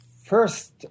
first